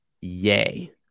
Yay